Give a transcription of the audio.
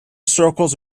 circles